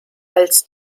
als